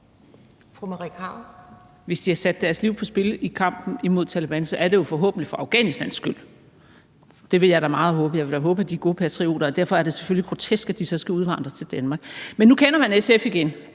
Hvis de har sat deres liv på spil i kampen imod Taleban, er det forhåbentlig for Afghanistans skyld, det vil jeg da meget håbe. Jeg vil da håbe, at de er gode patrioter, og derfor er det selvfølgelig grotesk, at de så skal udvandre til Danmark. Men nu kender man SF igen.